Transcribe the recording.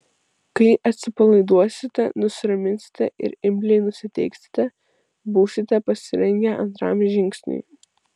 kai atsipalaiduosite nusiraminsite ir imliai nusiteiksite būsite pasirengę antram žingsniui